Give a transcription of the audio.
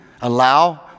Allow